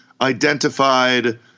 identified